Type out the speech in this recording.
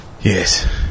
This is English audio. Yes